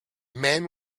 man